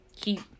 Keep